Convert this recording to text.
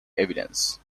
evidence